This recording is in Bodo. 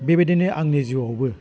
बेबायदिनो आंनि जिउआवबो